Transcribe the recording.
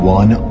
one